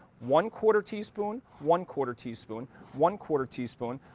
one quarter teaspoon, one quarter teaspoon, one quarter teaspoon.